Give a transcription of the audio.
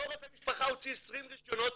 אותו רופא משפחה הוציא 20 רישיונות,